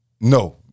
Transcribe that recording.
No